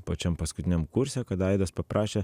pačiam paskutiniam kurse kada aidas paprašė